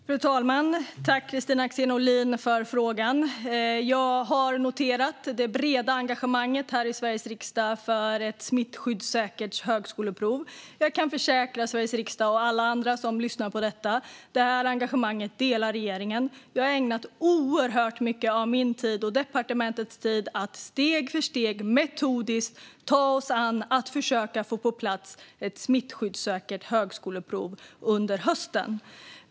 Fru talman! Jag tackar Kristina Axén Olin för frågan. Jag har noterat det breda engagemanget här i Sveriges riksdag för ett smittskyddssäkert högskoleprov. Jag kan försäkra Sveriges riksdag och alla andra som lyssnar på detta att regeringen delar det här engagemanget. Jag och departementet har ägnat oerhört mycket av vår tid till att steg för steg metodiskt ta oss an att försöka få på plats ett smittskyddssäkert högskoleprov under hösten.